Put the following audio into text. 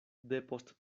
depost